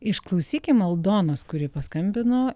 išklausykim aldonos kuri paskambino